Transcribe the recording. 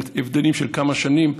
אבל עם הבדלים של כמה שנים,